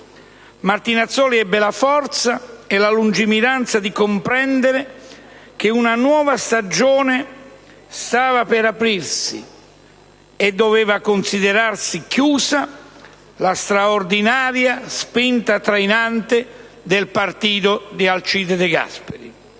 Martinazzoli ebbe la forza e la lungimiranza di comprendere che una nuova stagione stava per aprirsi, e doveva considerarsi chiusa la straordinaria spinta trainante del partito di Alcide De Gasperi.